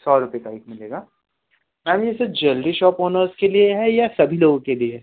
सौ रुपए का एक मिलेगा मैम ये सिर्फ ज्वेलरी शॉप ऑनर्स के लिए है या सभी लोगों के लिए है